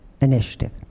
initiative